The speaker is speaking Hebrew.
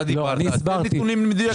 אתה דיברת, אז תן נתונים מדויקים.